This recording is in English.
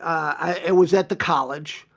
ah it was at the college.